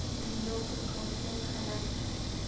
भिडिय'फोरखौ play खालाम